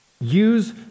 Use